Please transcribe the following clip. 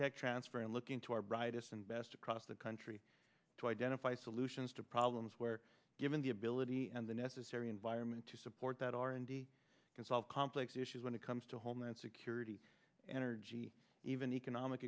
tech transfer and looking to our brightest and best across the country to identify solutions to problems where given the ability and the necessary environment to support that r and d can solve complex issues when it comes to homeland security energy even economic